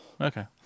Okay